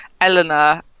Eleanor